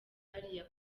hariya